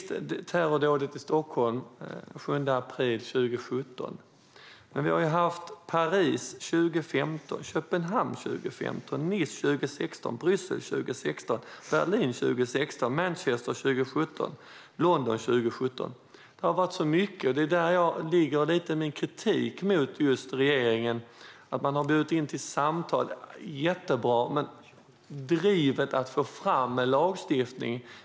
Terrordådet i Stockholm skedde den 7 april 2017. Men vi har också haft Paris 2015, Köpenhamn 2015, Nice 2016, Bryssel 2016, Berlin 2016, Manchester 2017 och London 2017. Det har varit så mycket, och däri ligger lite av min kritik mot regeringen. Man har bjudit in till samtal, och det är jättebra. Men jag saknar drivet för att få fram en lagstiftning.